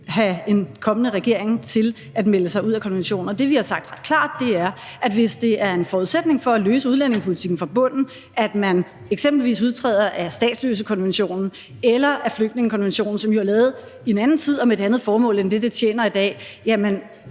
have en kommende regering til at melde sig ud af konventioner. Det, vi har sagt ret klart, er, at hvis det er en forudsætning for at løse udlændingepolitikken fra bunden, at man eksempelvis udtræder af statsløsekonventionen eller af flygtningekonventionen, som jo er lavet i en anden tid og med et andet formål end det, de tjener i dag, er